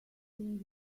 wing